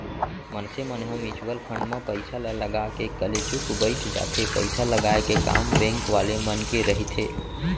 मनसे मन ह म्युचुअल फंड म पइसा ल लगा के कलेचुप बइठ जाथे पइसा लगाय के काम बेंक वाले मन के रहिथे